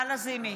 נעמה לזימי,